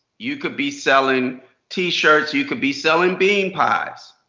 you could be selling t shirts. you could be selling bean pies.